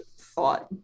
thought